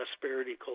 prosperity